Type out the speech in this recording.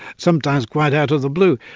sometimes quite out of the blue.